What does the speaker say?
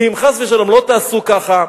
כי אם חס ושלום לא תעשו ככה,